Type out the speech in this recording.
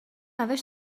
روش